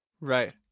Right